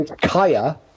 Kaya